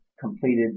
completed